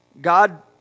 God